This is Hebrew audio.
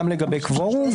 גם לגבי קוורום,